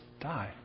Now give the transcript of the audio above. die